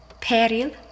Peril